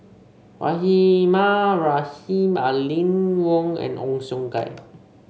Rahimah Rahim Aline Wong and Ong Siong Kai